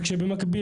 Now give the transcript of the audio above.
וכשבמקביל,